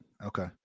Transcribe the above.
okay